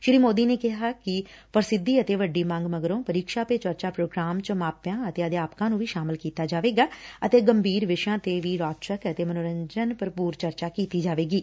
ਸ੍ਰੀ ਸੋਦੀ ਨੇ ਕਿਹਾ ਕਿ ਪ੍ਰਸਿੱਧੀ ਅਤੇ ਵੱਡੀ ਮੰਗ ਮਗਰੋਂ ਪ੍ਰੀਕਸ਼ਾ ਪੇ ਚਰਚਾ ਪ੍ਰੋਗਰਾਮ ਚ ਮਾਪਿਆਂ ਅਤੇ ਅਧਿਆਪਕਾਂ ਨੂੰ ਵੀ ਸ਼ਾਮਲ ਕੀਤਾ ਜਾਵੇਗਾ ਅਤੇ ਗੰਭੀਰ ਵਿਸ਼ਿਆਂ ਤੇ ਵੀ ਰੋਚਕ ਅਤੇ ਮੰਨੋਰੰਜਨ ਭਰਪੁਰ ਚਰਚਾ ਕੀਤੀ ਜਾਵੇਗੀ